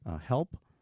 help